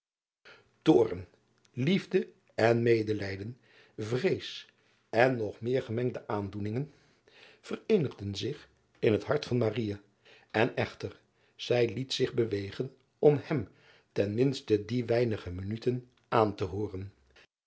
oorn liefde en medelijden vrees en nog meer gemengde aandoeningen vereenigden zich in het hart van en echter zij liet zich bewegen om hem ten minste die weinige minuten aan te hooren